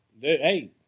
Hey